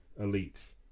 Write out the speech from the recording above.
elites